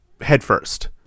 headfirst